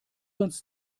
uns